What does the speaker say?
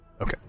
Okay